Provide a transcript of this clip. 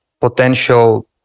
potential